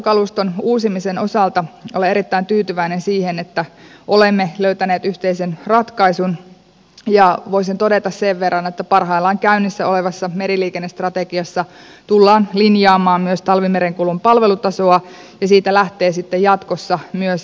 jäänmurtokaluston uusimisen osalta olen erittäin tyytyväinen siihen että olemme löytäneet yhteisen ratkaisun ja voisin todeta sen verran että parhaillaan käynnissä olevassa meriliikennestrategiassa tullaan linjaamaan myös talvimerenkulun palvelutasoa ja siitä lähtee sitten jatkossa myös jäänmurtajatarpeemme